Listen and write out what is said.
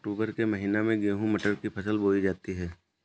अक्टूबर के महीना में गेहूँ मटर की फसल बोई जाती है